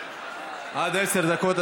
עד עשר דקות,